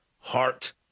heart